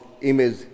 image